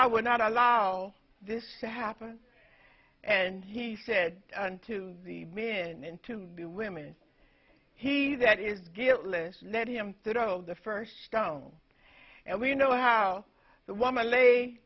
god would not allow this to happen and he said unto the men into the women he that is get list let him throw the first stone and we know how the woman la